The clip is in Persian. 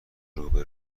روبه